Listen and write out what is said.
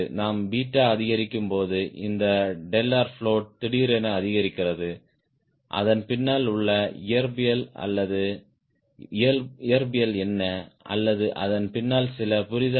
நாம் 𝛽 அதிகரிக்கும்போது இந்த float திடீரென அதிகரிக்கிறது அதன் பின்னால் உள்ள இயற்பியல் என்ன அல்லது அதன் பின்னால் சில புரிதல் என்ன